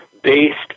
based